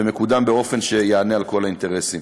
ומקודם באופן שיענה על כל האינטרסים.